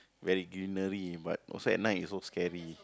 very greenery but also at night it's so scary